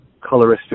coloristic